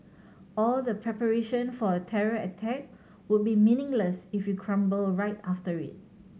all the preparation for a terror attack would be meaningless if you crumble right after it